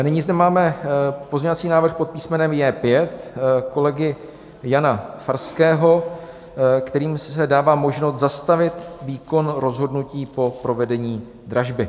Nyní zde máme pozměňovací návrh pod písmenem J5 kolegy Jana Farského, kterým se dává možnost zastavit výkon rozhodnutí po provedení dražby.